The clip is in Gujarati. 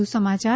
વધુ સમાચાર